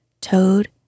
toad